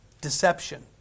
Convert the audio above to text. Deception